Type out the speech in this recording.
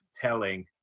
telling